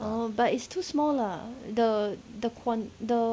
oh but it's too smaller lah the quan~ the